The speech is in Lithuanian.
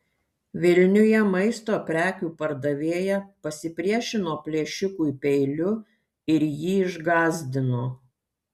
vilniuje maisto prekių pardavėja pasipriešino plėšikui peiliu ir jį išgąsdino